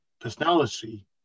personality